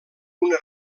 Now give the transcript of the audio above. una